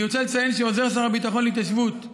אני רוצה לציין שעוזר שר הביטחון להתיישבות,